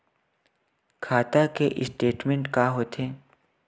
खाता के स्टेटमेंट का होथे?